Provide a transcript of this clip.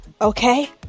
Okay